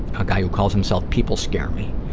a guy who calls himself people scare me.